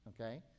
Okay